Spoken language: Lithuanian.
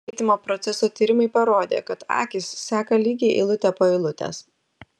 skaitymo proceso tyrimai parodė kad akys seka lygiai eilutę po eilutės